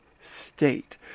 state